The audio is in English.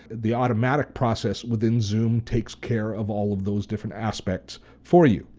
the automatic process within zoom takes care of all of those different aspects for you.